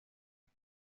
más